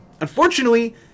Unfortunately